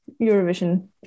Eurovision